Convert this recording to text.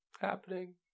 happening